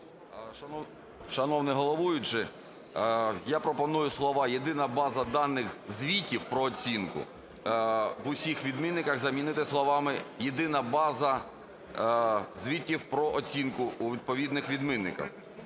Шановний головуючий, я пропоную слова "Єдина база даних звітів про оцінку" в усіх відмінках замінити словами "Єдина база звітів про оцінку" у відповідних відмінках.